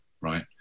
right